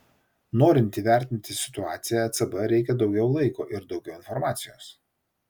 norint įvertinti situaciją ecb reikia daugiau laiko ir daugiau informacijos